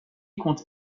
compte